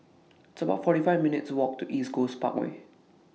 It's about forty five minutes' Walk to East Coast Parkway